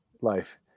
life